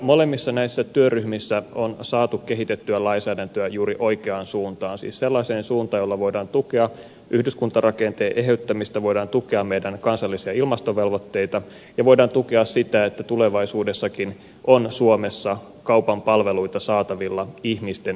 molemmissa näissä työryhmissä on saatu kehitettyä lainsäädäntöä juuri oikeaan suuntaan siis sellaiseen suuntaan jolla voidaan tukea yhdyskuntarakenteen eheyttämistä voidaan tukea meidän kansallisia ilmastovelvoitteita ja voidaan tukea sitä että tulevaisuudessakin on suomessa kaupan palveluita saatavilla ihmisten lähellä